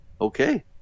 Okay